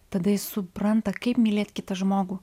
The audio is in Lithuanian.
tada jis supranta kaip mylėt kitą žmogų